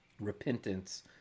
repentance